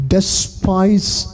Despise